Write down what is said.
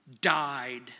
died